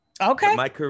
Okay